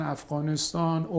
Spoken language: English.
Afghanistan